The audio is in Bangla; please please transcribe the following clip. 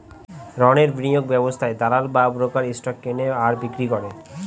রণের বিনিয়োগ ব্যবস্থায় দালাল বা ব্রোকার স্টক কেনে আর বিক্রি করে